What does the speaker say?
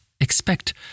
expect